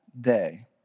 day